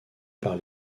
par